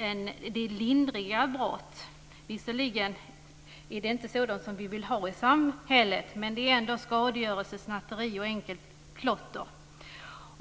om lindriga brott. Visserligen är det inte så vi vill ha det i samhället, men det handlar ändå om skadegörelse, snatteri och enkelt klotter.